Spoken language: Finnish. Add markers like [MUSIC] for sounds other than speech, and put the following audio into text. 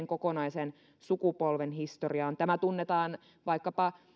[UNINTELLIGIBLE] kokonaisen sukupolven historiaan tämä tunnetaan vaikkapa